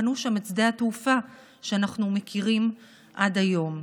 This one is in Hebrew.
בנו שם את שדה התעופה שאנחנו מכירים עד היום.